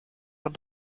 von